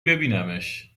ببینمش